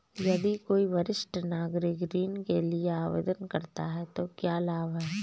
यदि कोई वरिष्ठ नागरिक ऋण के लिए आवेदन करता है तो क्या लाभ हैं?